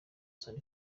san